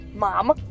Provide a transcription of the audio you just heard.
mom